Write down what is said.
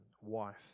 wife